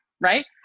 right